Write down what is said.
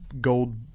gold